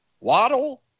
Waddle